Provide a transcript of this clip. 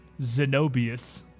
Zenobius